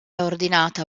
ordinata